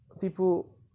people